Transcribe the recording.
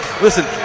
listen